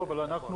על פניו,